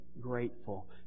grateful